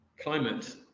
climate